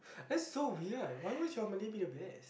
this so weird why was your Malay being bad